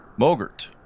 Mogert